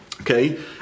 Okay